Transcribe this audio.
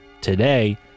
today